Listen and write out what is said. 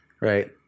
right